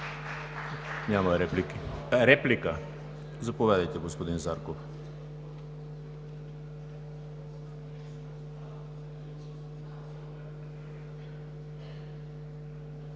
Реплики? Заповядайте, господин Зарков.